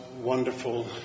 wonderful